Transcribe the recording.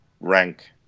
rank